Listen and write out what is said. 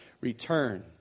return